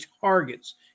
targets